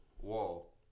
Wall